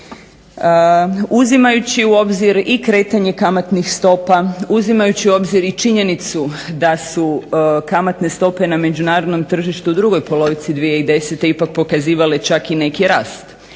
Uzimajući u obzir i kretanje kamatnih stopa, uzimajući u obzir i činjenicu da su kamatne stope na međunarodnom tržištu u drugoj polovici 2010. ipak pokazivale čak i neki rast